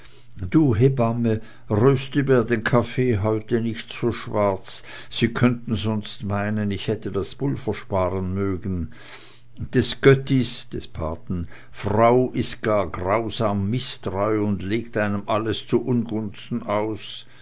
du hebamme röste mir den kaffee heute nicht so schwarz sie könnten sonst meinen ich hätte das pulver sparen mögen des göttis paten frau ist gar grausam mißtreu und legt einem alles zuungunsten aus